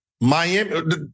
Miami